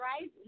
right